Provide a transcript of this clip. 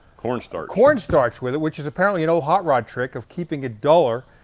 cornstarch. cornstarch with it, which is apparently an old hot rod trick of keeping it duller.